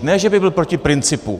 Ne že by byl proti principu.